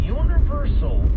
universal